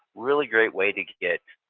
really great way to get